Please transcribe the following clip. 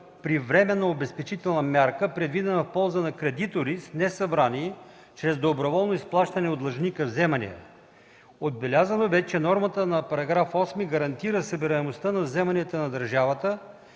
привременна обезпечителна мярка, предвидена в полза на кредитори с несъбрани чрез доброволно изплащане от длъжника вземания. Отбелязано бе, че нормата на § 8 гарантира събираемостта на вземанията на държавата,